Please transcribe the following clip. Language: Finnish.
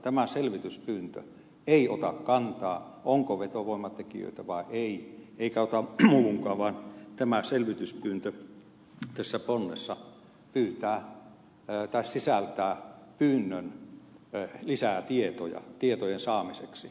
tämä selvityspyyntö ei ota kantaa siihen onko vetovoimatekijöitä vai ei eikä ota muuhunkaan vaan tämä selvityspyyntö tässä ponnessa sisältää pyynnön lisätietojen saamiseksi